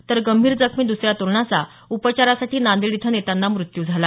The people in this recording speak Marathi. तर गंभीर जखमी दुसऱ्या तरुणाचा उपचारासाठी नांदेड इथं नेताना मृत्यू झाला